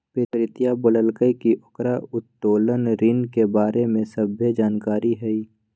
प्रीतिया बोललकई कि ओकरा उत्तोलन ऋण के बारे में सभ्भे जानकारी हई